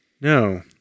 No